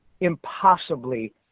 impossibly